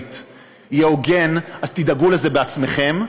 הישראלית יהיה הוגן, אז תדאגו לזה בעצמכם.